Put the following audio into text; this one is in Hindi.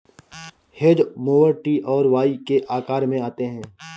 हेज मोवर टी और वाई के आकार में आते हैं